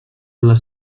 les